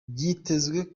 byitezwe